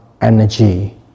energy